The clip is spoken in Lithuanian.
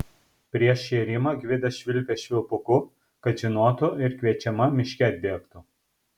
prieš šėrimą gvidas švilpė švilpuku kad žinotų ir kviečiama miške atbėgtų